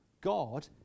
God